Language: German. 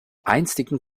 einstigen